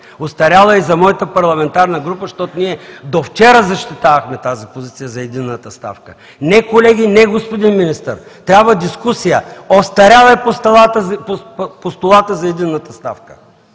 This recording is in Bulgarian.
остаряла е и за моята парламентарна група, защото ние до вчера защитавахме позицията за единната ставка. Не, колеги! Не, господин Министър! Трябва дискусия – остарял е постулатът за единната ставка.